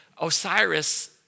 Osiris